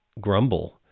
grumble